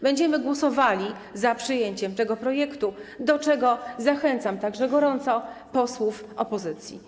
Będziemy głosowali za przyjęciem tego projektu, do czego zachęcam także gorąco posłów opozycji.